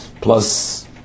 Plus